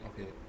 okay